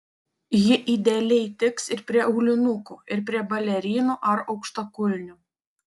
ji idealiai tiks ir prie aulinukų ir prie balerinų ar aukštakulnių